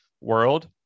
world